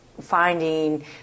finding